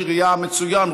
ראש עירייה מצוין,